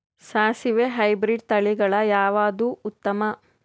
ಸಾಸಿವಿ ಹೈಬ್ರಿಡ್ ತಳಿಗಳ ಯಾವದು ಉತ್ತಮ?